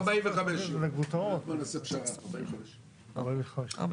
נעשה פשרה: 45 ימים.